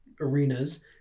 arenas